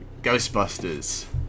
Ghostbusters